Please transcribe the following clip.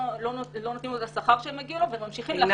לא נותנים לו את השכר שמגיע לו וממשיכים להכפיש.